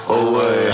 away